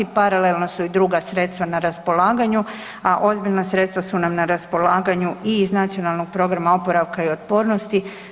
Paralelno su i druga sredstva na raspolaganju, a ozbiljna sredstva su nam na raspolaganju i iz Nacionalnog programa oporavka i otpornosti.